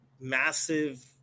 massive